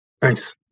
Thanks